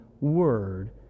word